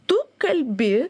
tu kalbi